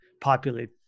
populate